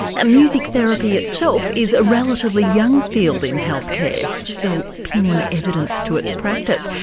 ah music therapy itself is a relatively young field in healthcare, still pinning evidence to its practice.